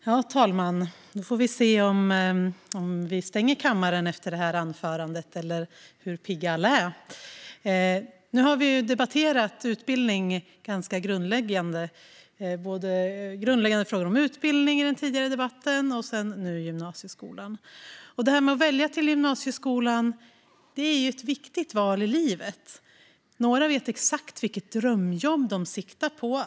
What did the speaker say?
Herr talman! Nu får vi se om vi stänger kammaren efter detta anförande eller hur pigga alla är! Nu har vi debatterat utbildning ganska grundläggande - både grundläggande frågor om utbildning i den tidigare debatten och nu gymnasieskolan. Valet till gymnasieskolan är ett viktigt val i livet. Några vet exakt vilket drömjobb de siktar på.